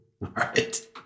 right